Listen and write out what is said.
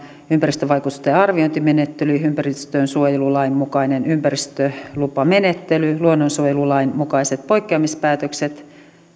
ympäristövaikutusten arviointimenettely ympäristönsuojelulain mukainen ympäristölupamenettely luonnonsuojelulain mukaiset poikkeamispäätökset